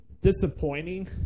disappointing